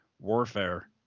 Warfare